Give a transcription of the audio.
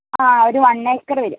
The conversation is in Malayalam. ആ ഒരു വൺ ഏക്കർ വരും